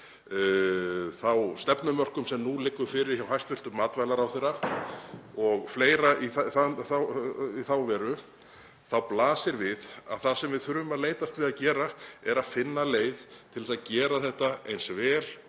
þá stefnumörkun sem nú liggur fyrir hjá hæstv. matvælaráðherra og fleira í þá veru, þá blasir við að það sem við þurfum að leitast við að gera er að finna leið til að gera þetta eins vel